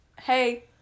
hey